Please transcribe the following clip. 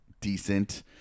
decent